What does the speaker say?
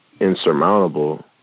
insurmountable